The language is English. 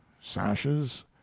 sashes